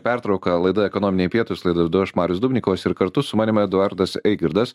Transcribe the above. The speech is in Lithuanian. pertrauką laida ekonominiai pietūs laidą vedu aš marius dubnikovas ir kartu su manim eduardas eigirdas